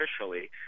officially